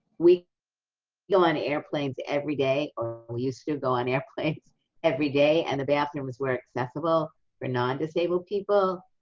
we go on airplanes every day, or we used to go on airplanes every day, and the bathrooms were accessible for nondisabled people.